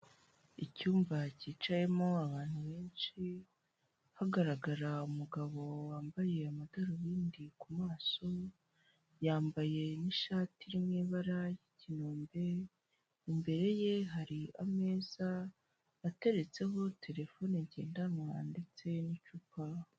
Icyumba cyicayemo abantu benshi hagaragara umugabo wambaye amadarubindi ku maso yambaye n'ishati n'ibara ry'ikinombe imbere ye hari ameza ateretseho telefone ngendanwa ndetse n'icupa.